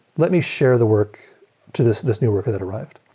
let me share the work to this this new worker that arrived.